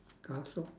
castle